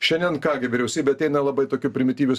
šiandien ką gi vyriausybė ateina labai tokiu primityviu